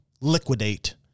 liquidate